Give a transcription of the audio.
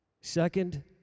Second